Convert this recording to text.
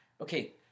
okay